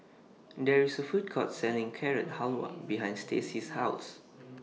There IS A Food Court Selling Carrot Halwa behind Stacey's House